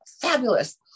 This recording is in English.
fabulous